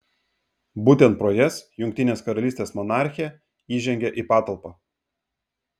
būtent pro jas jungtinės karalystės monarchė įžengia į patalpą